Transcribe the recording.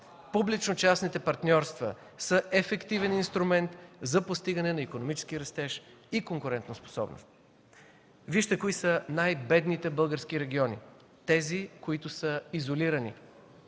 публично-частните партньорства са ефективен инструмент за постигане на икономически растеж и конкурентоспособност. Вижте кои са най-бедните български региони – тези, които са изолирани.